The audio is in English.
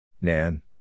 Nan